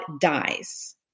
dies